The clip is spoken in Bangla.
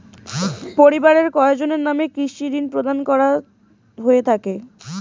পরিবারের কয়জনের নামে কৃষি ঋণ প্রদান করা হয়ে থাকে?